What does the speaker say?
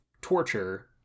torture